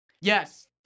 Yes